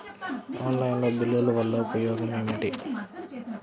Online బిల్లుల వల్ల ఉపయోగమేమిటీ?